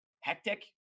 hectic